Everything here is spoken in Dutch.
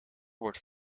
wordt